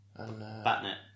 Batnet